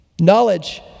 Knowledge